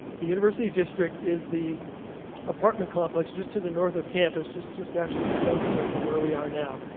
the university district is the apartment complex just to the north of campus, just just actually a stone's throw from where we are now.